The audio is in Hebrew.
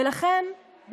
ולכן,